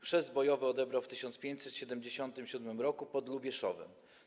Chrzest bojowy odebrał w 1577 r. pod Lubieszowem.